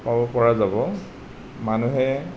পাব পৰা যাব মানুহে